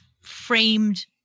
framed